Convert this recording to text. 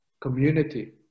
community